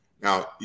Now